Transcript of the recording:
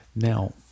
Now